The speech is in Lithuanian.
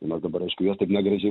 mes dabar aišku juos taip negražiai